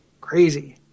Crazy